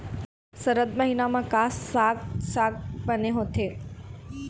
सरद महीना म का साक साग बने होथे?